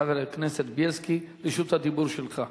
חבר הכנסת בילסקי, רשות הדיבור שלך.